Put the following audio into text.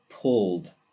pulled